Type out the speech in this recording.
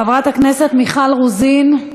חברת הכנסת מיכל רוזין,